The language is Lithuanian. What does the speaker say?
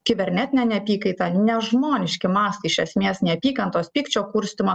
kibernetinė neapykaita nežmoniški mastai iš esmės neapykantos pykčio kurstymo